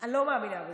אני לא מאמינה בזה.